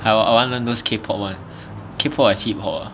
I want I want learn those K-pop [one] K-pop is hip-hop ah